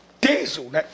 Diesel